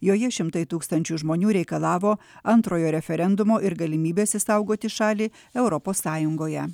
joje šimtai tūkstančių žmonių reikalavo antrojo referendumo ir galimybės išsaugoti šalį europos sąjungoje